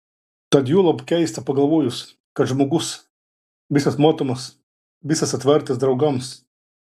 tad juolab keista pagalvojus kad žmogus visas matomas visas atvertas draugams